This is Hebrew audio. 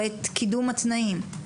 או את קידום התנאים,